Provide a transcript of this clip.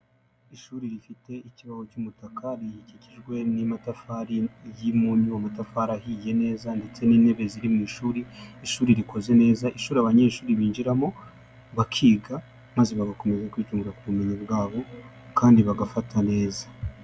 Ishuri rifite ikibaho cy'umutaka riyikikijwe n'amatafari y'impunnyu amatafari ahiye neza ndetse n'intebe ziri mu ishuri, ishuri rikoze neza, ishuri abanyeshuri binjiramo bakiga maze bagakomeza kwita ku bumenyi bwabo kandi bagafata neza.